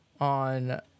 on